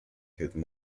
through